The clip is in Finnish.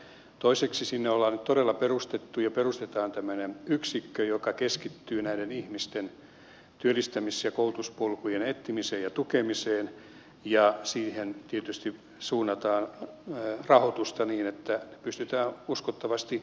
toiseksi sinne on nyt todella perustettu ja perustetaan yksikkö joka keskittyy näiden ihmisten työllistämis ja koulutuspolkujen etsimiseen ja tukemiseen ja siihen tietysti suunnataan rahoitusta niin että se pystytään uskottavasti hoitamaan